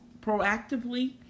proactively